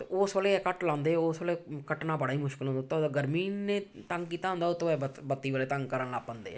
ਅਤੇ ਉਸ ਵੇਲੇ ਇਹ ਕੱਟ ਲਾਉਂਦੇ ਉਸ ਵੇਲੇ ਕੱਟਣਾ ਬੜਾ ਹੀ ਮੁਸ਼ਕਿਲ ਹੁੰਦਾ ਉੱਤੋਂ ਗਰਮੀ ਨੇ ਤੰਗ ਕੀਤਾ ਹੁੰਦਾ ਉਤੋਂ ਇਹ ਬੱਤ ਬੱਤੀ ਵਾਲੇ ਤੰਗ ਕਰਨ ਲੱਗ ਪੈਂਦੇ ਆ